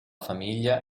famiglia